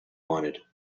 wanted